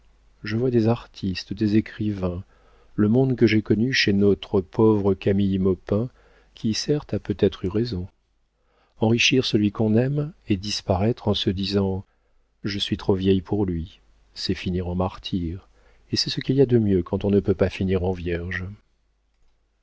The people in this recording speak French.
je vois des artistes des écrivains le monde que j'ai connu chez notre pauvre camille maupin qui certes a peut-être eu raison enrichir celui qu'on aime et disparaître en se disant je suis trop vieille pour lui c'est finir en martyre et c'est ce qu'il y a de mieux quand on ne peut pas finir en vierge